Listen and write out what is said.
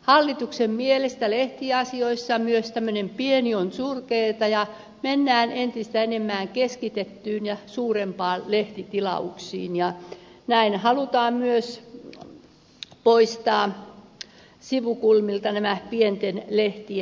hallituksen mielestä myös lehtiasioissa tämmöinen pieni on surkeata ja mennään entistä enemmän keskitettyyn ja suurempiin lehtitilauksiin ja näin halutaan myös poistaa sivukulmilta nämä pienten lehtien tulot